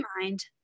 mind